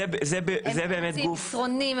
זה באמת גוף -- הם מוציאים מסרונים,